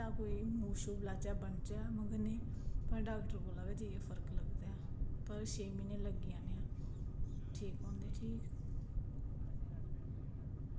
move लाचै ब'नचै नेईं पर डॉक्टर कोल जाइयै गै फर्क लगदा पता निं छे म्हीने गै लग्गी जाने नी ठीक होंदे ठीक ऐ